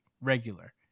regular